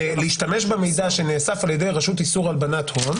להשתמש במידע שנאסף על-ידי הרשות לאיסור הלבנת הון.